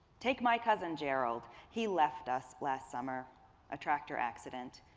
take my cousin, gerald. he left us last summer a tractor accident.